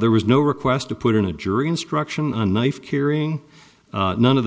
there was no request to put in a jury instruction on knife curing none of the